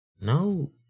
No